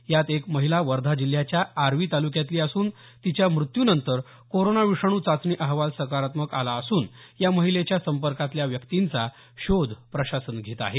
यात एक महिला वर्धा जिल्ह्याच्या आर्वी तालुक्यातली असून तिच्या मृत्यूनंतर कोरोना विषाणू चाचणी अहवाल सकारात्मक आला असून या महिलेच्या संपर्कातल्या व्यक्तींचा शोध प्रशासन घेत आहे